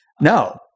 No